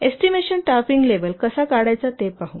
estimation staffing level कसा काढायचा ते पाहू